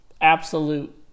absolute